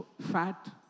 fat